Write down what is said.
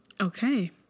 okay